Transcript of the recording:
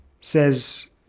says